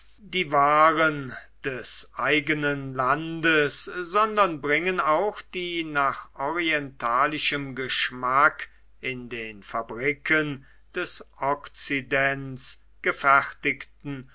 die waren des eigenen landes sondern bringen auch die nach orientalischem geschmack in den fabriken des okzidents gefertigten